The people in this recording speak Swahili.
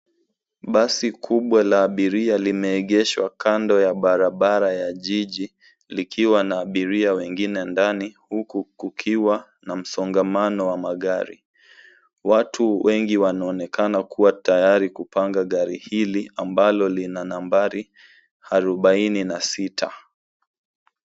Basi kubwa la abiria limeegeshwa kando la barabara la jiji likiwa na abiria wengine ndani huku kukiwa na msongamano wa magari. Watu wengi wanaonekana kuwa tayari kupanga gari hili ambalo lina nambari arobaini na sita.